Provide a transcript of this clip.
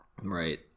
right